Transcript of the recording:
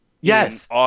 Yes